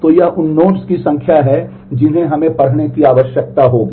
तो यह उन नोड्स की संख्या है जिन्हें हमें पढ़ने की आवश्यकता होगी